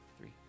three